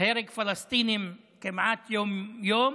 הרג פלסטינים כמעט יום-יום,